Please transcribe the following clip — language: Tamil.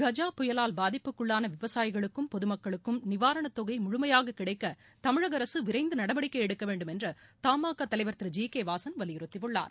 கஜ புயலால் பாதிப்புக்குள்ளான விவசாயிகளுக்கும் பொது மக்களுக்கும் நிவாரணத் தொகை ழுழுமையாக கிடைக்க தமிழக அரசு விரைந்து நடவடிக்கை எடுக்க வேண்டும் என்று தமாகா தலைவர் திரு ஜி கே வாசன் வலியுறுத்தியுள்ளார்